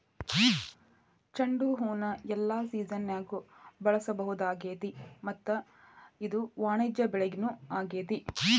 ಚಂಡುಹೂನ ಎಲ್ಲಾ ಸಿಜನ್ಯಾಗು ಬೆಳಿಸಬಹುದಾಗೇತಿ ಮತ್ತ ಇದು ವಾಣಿಜ್ಯ ಬೆಳಿನೂ ಆಗೇತಿ